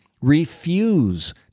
Refuse